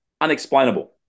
unexplainable